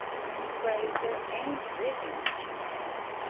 i'm afraid there ain't very much left,